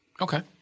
Okay